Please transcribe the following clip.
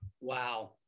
Wow